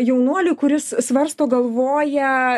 jaunuoliui kuris svarsto galvoja